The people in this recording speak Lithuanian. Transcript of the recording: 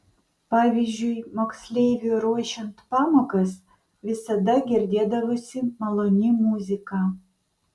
pavyzdžiui moksleiviui ruošiant pamokas visada girdėdavosi maloni muzika